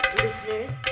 listeners